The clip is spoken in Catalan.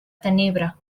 tenebra